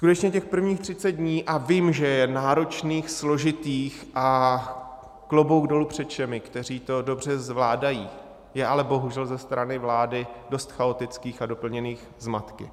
Skutečně těch prvních 30 dní a vím, že je náročných, složitých, a klobouk dolů před všemi, kteří to dobře zvládají je ale bohužel ze strany vlády dost chaotických a doplněných zmatky.